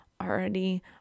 already